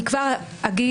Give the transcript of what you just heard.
אני כבר אגיד,